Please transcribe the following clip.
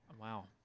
Wow